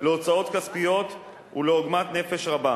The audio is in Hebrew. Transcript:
להוצאות כספיות ולעוגמת נפש רבה,